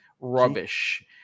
rubbish